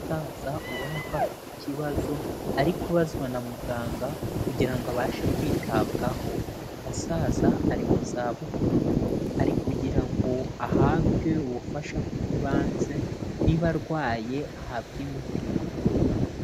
Umusaza ubona ko afite ikibazo ari kubazwa na muganga kugira ngo abashe kwitabwaho. Umusaza ari mu zabukuru ari kugira ngo ahabwe ubufasha bw'ibanze, niba arwaye ahabwe imiti akire.